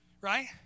right